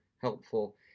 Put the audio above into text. helpful